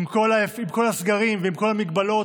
עם כל הסגרים ועם כל ההגבלות.